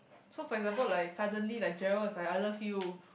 so for example like suddenly like Gerald is like I love you